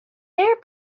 there